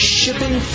shipping